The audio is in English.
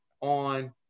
on